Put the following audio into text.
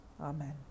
Amen